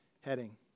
heading